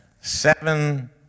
seven